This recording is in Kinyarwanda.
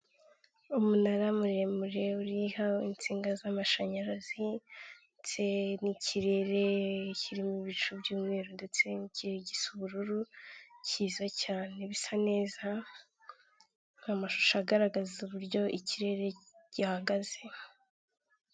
Umunara muremure uriho insinga z'amashanyarazi ndetse n'ikirere kirimo ibicu by'umweru ndetse n'ikindi gisa ubururu kiza cyane bisa neza. Amashusho agaragaza uburyo ikirere gihagaze.